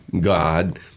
God